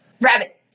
Rabbit